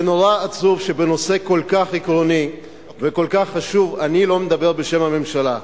זה נורא עצוב שבנושא כל כך עקרוני וכל כך חשוב אני לא מדבר בשם הממשלה.